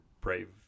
brave